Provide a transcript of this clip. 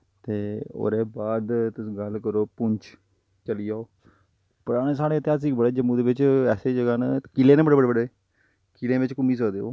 ते ओह्दे बाद तुस गल्ल करो पुंछ चली जाओ परानी साढ़े जम्मू इतिहासिक जम्मू दे बिच्च ऐसे जगह् न कि'ले न बड़े बड़े कि'लें बिच्च घूमी सकदे ओ